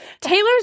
Taylor's